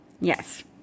yes